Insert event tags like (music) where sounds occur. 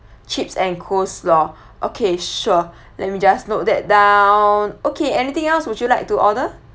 chips and coleslaw (breath) okay sure (breath) let me just note that down okay anything else would you like to order